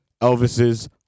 Elvis's